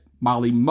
Molly